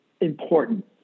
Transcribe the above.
important